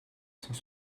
cent